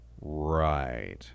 Right